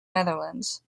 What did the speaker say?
netherlands